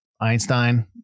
Einstein